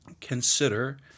consider